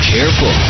Careful